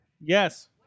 Yes